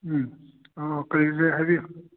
ꯎꯝ ꯑꯣ ꯀꯩ ꯂꯩꯔꯦ ꯍꯥꯏꯕꯤꯌꯨ